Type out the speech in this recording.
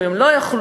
אם הן לא יוכלו,